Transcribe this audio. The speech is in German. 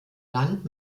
land